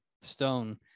stone